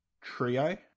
trio